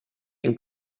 and